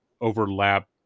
overlap